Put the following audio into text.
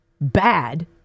bad